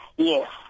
Yes